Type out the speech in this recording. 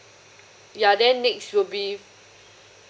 ya then next will be